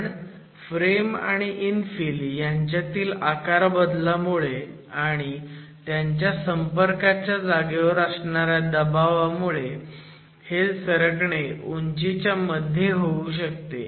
पण फ्रेम आणि इन्फिल ह्यांच्यातील आकार बदलामुळे आणि त्यांच्या संपर्काच्या जागेवर असणाऱ्या दाबामुळे हे सरकणे उंचीच्या मध्ये होऊ शकते